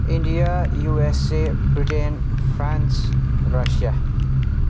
India USA Britain France Russia